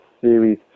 series